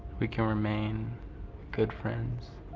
we can remain good friends.